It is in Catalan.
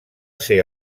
ser